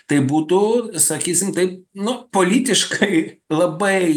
tai būtų sakysim taip nu politiškai labai